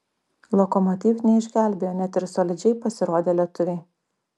lokomotiv neišgelbėjo net ir solidžiai pasirodę lietuviai